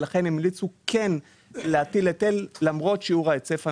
לכן הם המליצו להטיל היטל למרות שיעור ההיצף הנמוך.